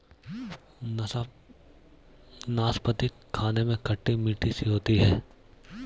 नाशपती खाने में खट्टी मिट्ठी सी होती है